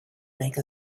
make